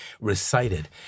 recited